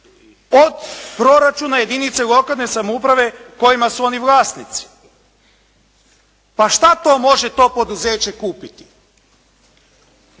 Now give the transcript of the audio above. od proračuna jedinica lokalne samouprave u kojima su oni vlasnici. Pa što to može to poduzeće kupiti,